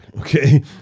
Okay